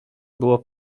było